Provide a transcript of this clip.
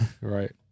Right